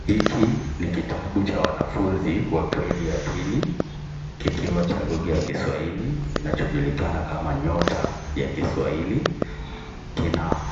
Hiki ni kitabu cha wanafunzi wa gredi ya pili kikiwa cha lugha ya kiswahili kinacho julikana kama nyota ya kiswahili kina